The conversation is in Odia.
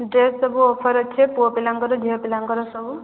ଡ୍ରେସ ସବୁ ଅଫର ଅଛି ପୁଅ ପିଲାଙ୍କର ଝିଅ ପିଲାଙ୍କର ସବୁ